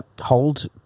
hold